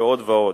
ועוד ועוד.